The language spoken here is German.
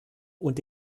und